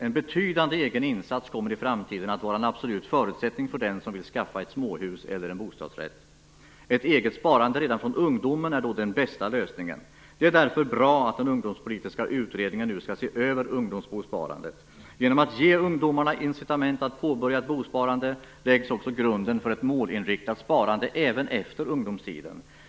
En betydande egen insats kommer i framtiden att vara en absolut förutsättning för den som vill skaffa sig ett småhus eller en bostadsrätt. Ett eget sparande redan från ungdomen är då den bästa lösningen. Det är därför bra att den ungdomspolitiska utredningen nu skall se över ungdomsbosparandet. Genom att ge ungdomarna incitament att påbörja ett bosparande läggs också grunden för ett målinriktat sparande även efter ungdomstiden.